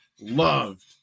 Loved